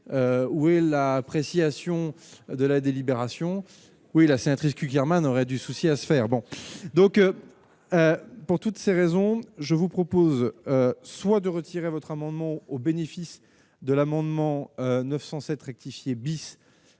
où est la appréciation de la délibération oui la sénatrice Cukierman aurait du souci à se faire bon donc pour toutes ces raisons, je vous propose soit de retirer votre amendement au bénéfice de l'amendement 907 rectifié bis